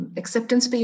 acceptance